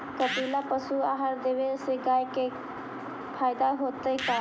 कपिला पशु आहार देवे से गाय के फायदा होतै का?